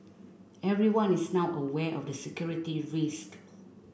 everyone is now aware of the security risk